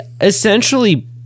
essentially